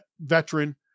veteran